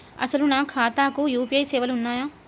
అసలు నా ఖాతాకు యూ.పీ.ఐ సేవలు ఉన్నాయా?